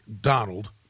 Donald